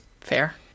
Fair